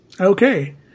Okay